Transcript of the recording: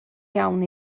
iawn